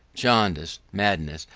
jaundice, madness,